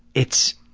it's,